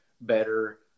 better